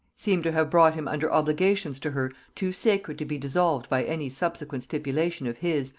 seemed to have brought him under obligations to her too sacred to be dissolved by any subsequent stipulation of his,